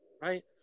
right